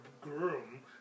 groom